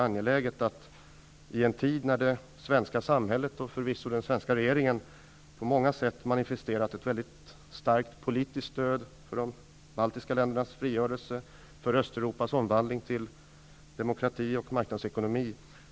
Det svenska samhället och förvisso den svenska regeringen har nu på många sätt manifesterat ett mycket starkt politiskt stöd för de baltiska ländernas frigörelse och för Östeuropas omvandling till demokrati och marknadsekonomi.